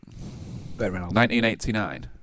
1989